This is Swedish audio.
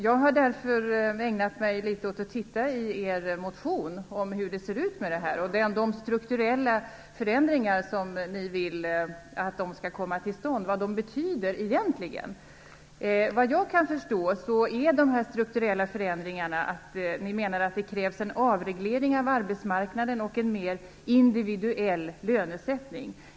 Jag har därför ägnat mig litet åt att i er motion titta på bl.a. de strukturella förändringar som ni vill skall komma till stånd och vad de betyder egentligen. Vad jag kan förstå är innebörden av dessa strukturella förändringar att ni menar att det krävs en avreglering av arbetsmarknaden och en mer individuell lönesättning.